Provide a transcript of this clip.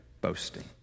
boasting